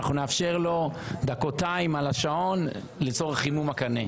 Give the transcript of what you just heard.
אנחנו נאפשר לו דקתיים על השעון לצורך חימום הקנה.